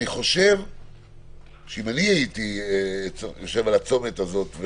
אם אני הייתי יושב על הצומת הזה,